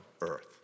earth